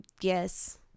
Yes